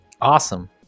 Awesome